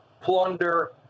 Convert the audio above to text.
Plunder